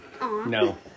No